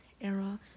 era